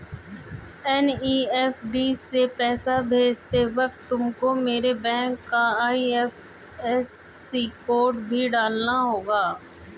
NEFT से पैसा भेजते वक्त तुमको मेरे बैंक का आई.एफ.एस.सी कोड भी डालना होगा